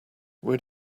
where